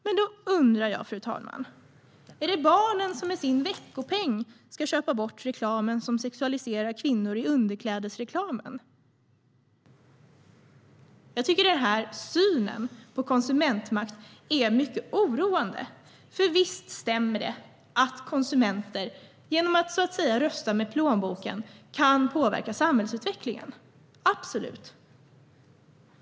Jag undrar då om det är barnen som med sin veckopeng ska köpa bort den reklam som sexualiserar kvinnor i underkläder. Denna syn på konsumentmakt är oroande. Visst stämmer det att konsumenter genom att så att säga rösta med plånboken absolut kan påverka samhällsutvecklingen.